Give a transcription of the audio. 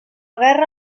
guerra